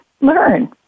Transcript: Learn